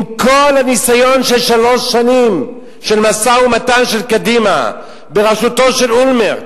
עם כל הניסיון של שלוש שנים עם משא-ומתן של קדימה בראשותו של אולמרט,